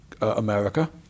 America